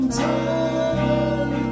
time